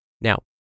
Now